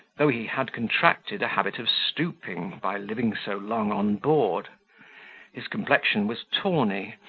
though he had contracted a habit of stooping, by living so long on board his complexion was tawny,